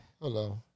Hello